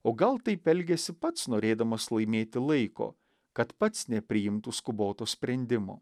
o gal taip elgiasi pats norėdamas laimėti laiko kad pats nepriimtų skuboto sprendimo